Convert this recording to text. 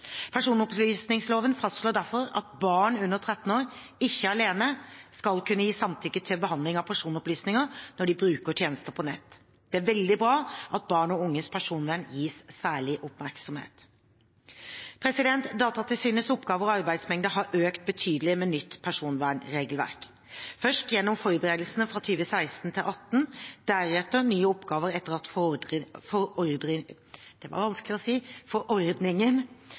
Personopplysningsloven fastslår derfor at barn under 13 år ikke alene skal kunne gi samtykke til behandling av personopplysninger når de bruker tjenester på nett. Det er veldig bra at barn og unges personvern gis særlig oppmerksomhet. Datatilsynets oppgaver og arbeidsmengde har økt betydelig med nytt personvernregelverk, først gjennom forberedelsene fra 2016 til 2018, deretter nye oppgaver etter at forordningen trådte i kraft i juli 2018. Forordningen pålegger Datatilsynet økte veilednings- og informasjonsoppgaver i tillegg til nye forvaltningsoppgaver. For